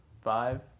five